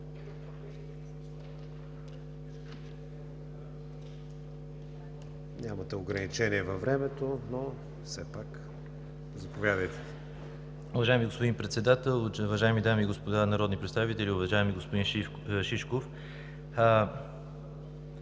Нямате ограничение във времето, но все пак... Заповядайте. МИНИСТЪР НЕНО ДИМОВ: Уважаеми господин Председател, уважаеми дами и господа народни представители! Уважаеми господин Шишков,